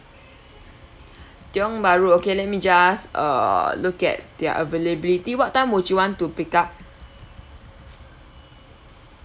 tiong bahru okay let me just uh look at their availability what time would you want to pick up